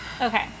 Okay